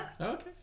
Okay